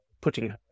putting